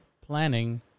planning